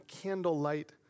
candlelight